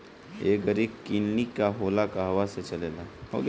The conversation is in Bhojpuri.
एगरी किलिनीक का होला कहवा से चलेँला?